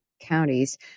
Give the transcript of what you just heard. counties